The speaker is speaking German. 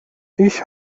ich